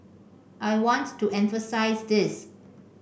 I want to emphasise this